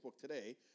today